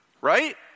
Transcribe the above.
Right